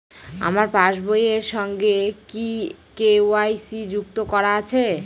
আমার পাসবই এর সঙ্গে কি কে.ওয়াই.সি যুক্ত করা আছে?